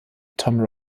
tom